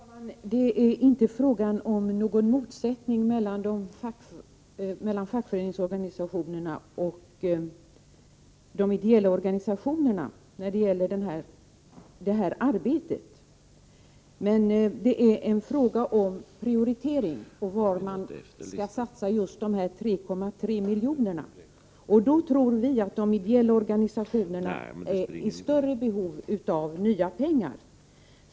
Herr talman! Det är inte fråga om någon motsättning mellan de fackliga organisationernas och de ideella organisationernas syn när det gäller det här arbetet. I stället är det fråga om en prioritering och om var man skall satsa just de här 3,3 miljonerna. Vi tror att det är de ideella organisationerna som är i större behov av nya pengar.